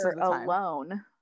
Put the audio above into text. alone